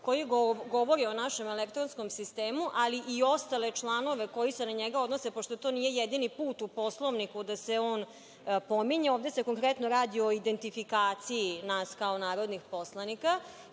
koji govori o našem elektronskom sistemu, ali i ostale članove koji se na njega odnose, jer to nije jedini put u Poslovniku da se on pominje. Ovde se konkretno radi o identifikaciji nas kao narodnih poslanika. Sada